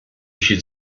should